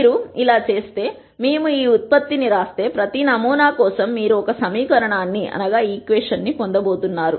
మీరు ఇలా చేస్తే మేము ఈ ఉత్పత్తి ని వ్రాస్తే ప్రతి నమూనా కోసం మీరు ఒక సమీకరణాన్ని పొందబోతున్నారు